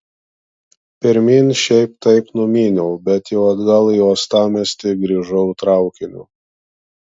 pirmyn šiaip taip numyniau bet jau atgal į uostamiestį grįžau traukiniu